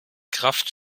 kraft